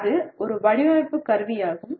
அது ஒரு வடிவமைப்பு கருவியாகும்